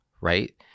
right